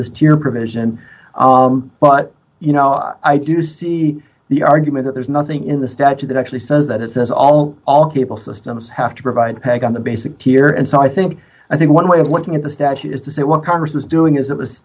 this tier provision but you know i do see the argument that there's nothing in the statute that actually says that it says all all cable systems have to provide peg on the basic tier and so i think i think one way of looking at the statute is to say what congress is doing is it was